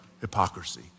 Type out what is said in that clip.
hypocrisy